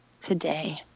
Today